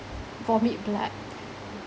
vomit blood